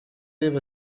gave